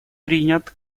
принят